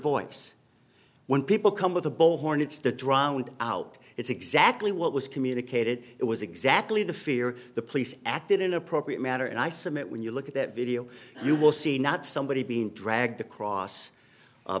voice when people come with a bullhorn it's the drowned out it's exactly what was communicated it was exactly the fear the police acted in appropriate matter and i submit when you look at that video you will see not somebody being dragged across a